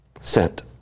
Sent